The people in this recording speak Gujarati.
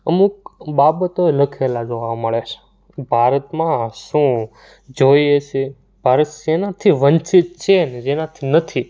અમુક બાબતો લખેલા જોવા મળે છે ભારતમાં શું જોઈએ છે ભારત શેનાથી વંચિત છે ને જેનાથી નથી